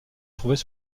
trouvait